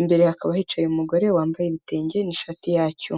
imbere hakaba hicaye umugore wambaye ibitenge n'ishati yacyo.